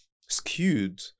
skewed